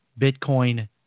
Bitcoin